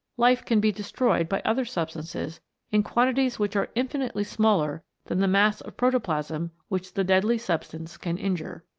life can be destroyed by other substances in quantities which are infinitely smaller than the mass of protoplasm which the deadly substance can injure.